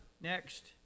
Next